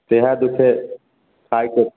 सहए तऽ छै खाइके